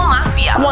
Mafia